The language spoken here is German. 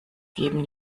geben